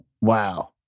Wow